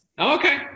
Okay